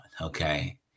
okay